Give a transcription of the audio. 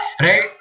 right